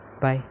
Bye